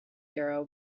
hero